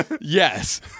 yes